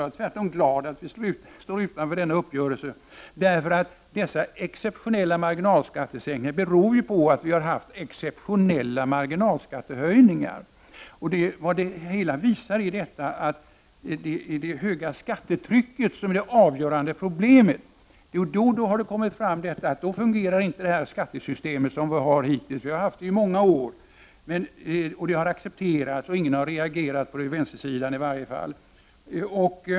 Jag är tvärtom glad att vi står utanför denna uppgörelse, för dessa exceptionella marginalskattesänkningar beror på att vi har haft exceptionella marginalskattehöjningar. Det hela visar att det är det höga skattetrycket som är det avgörande problemet. Därför har det nu kommit fram att det skattesystem som vi har haft under många år inte fungerar. Systemet har accepterats. Ingen har reagerat, i varje fall inte på vänstersidan.